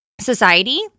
Society